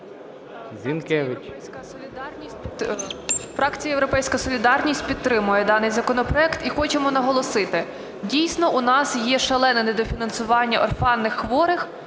Я.В. Фракція "Європейська солідарність" підтримує даний законопроект. І хочемо наголосити: дійсно у нас є шалене недофінансування орфанних хворих